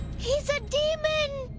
he's a demon!